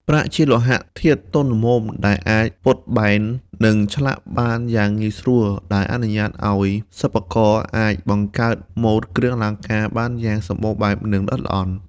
ប្រាក់ជាលោហៈធាតុទន់ល្មមដែលអាចពត់បែន និងឆ្លាក់បានយ៉ាងងាយស្រួល ដែលអនុញ្ញាតឲ្យសិប្បករអាចបង្កើតម៉ូដគ្រឿងអលង្ការបានយ៉ាងសម្បូរបែប និងល្អិតល្អន់។